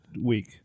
week